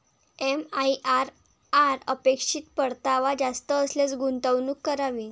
MIRR अपेक्षित परतावा जास्त असल्यास गुंतवणूक करावी